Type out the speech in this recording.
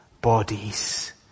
bodies